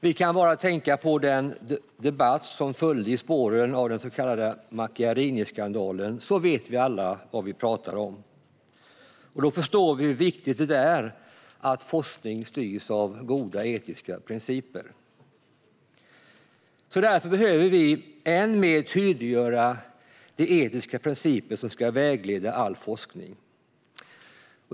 Vi kan bara tänka på den debatt som följde i spåren av den så kallade Macchiariniskandalen för att alla ska veta vad vi pratar om och förstå hur viktigt det är att forskning styrs av goda etiska principer. Vi behöver därför än mer tydliggöra de etiska principer som ska vägleda all forskning.